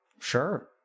Sure